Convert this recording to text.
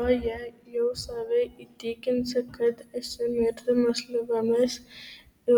o jei jau save įtikinsi kad esi mirtinas ligomis